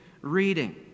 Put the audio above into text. reading